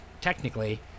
technically